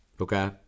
Okay